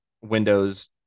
windows